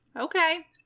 okay